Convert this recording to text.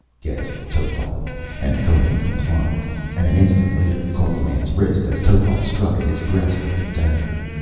gasped topal, and conan complied and an instant later caught the man's wrist as topal struck at his breast with a dagger.